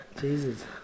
Jesus